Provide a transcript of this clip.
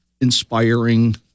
inspiring